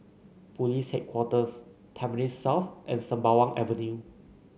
Police Headquarters Tampines South and Sembawang Avenue